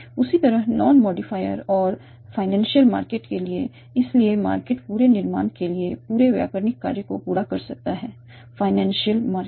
उसी तरह non modifier जैसे फाइनेंशियल मार्केट के लिए इसलिए मार्केट पूरे निर्माण के लिए पूरे व्याकरणिक कार्य को पूरा कर सकता है फाइनेंशियल मार्केट